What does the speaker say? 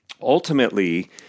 Ultimately